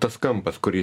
tas kampas kurį